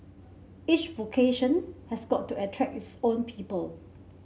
each vocation has got to attract its own people